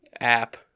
app